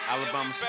Alabama